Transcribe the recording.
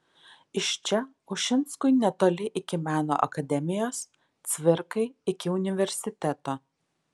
iš čia ušinskui netoli iki meno akademijos cvirkai iki universiteto